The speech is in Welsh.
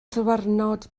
ddiwrnod